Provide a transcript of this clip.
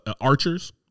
archers